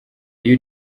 iyo